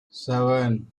seven